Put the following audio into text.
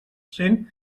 cent